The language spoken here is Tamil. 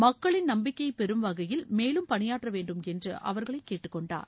மக்களின் நம்பிக்கையை பெறும் வகையில் மேலும் பணியாற்ற வேண்டும் என்று அவர்களை கேட்டுக்கொண்டார்